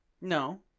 No